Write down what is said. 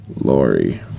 Lori